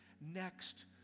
next